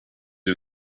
who